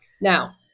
Now